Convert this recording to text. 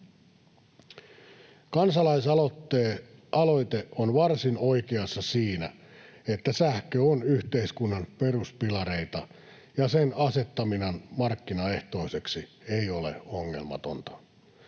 Kansalaisaloite on varsin oikeassa siinä, että sähkö on yhteiskunnan peruspilareita ja sen asettaminen markkinaehtoiseksi ei ole ongelmatonta.